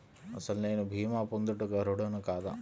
అసలు నేను భీమా పొందుటకు అర్హుడన కాదా?